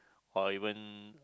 or even